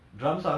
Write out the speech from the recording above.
cool